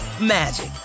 magic